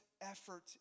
effort